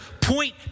point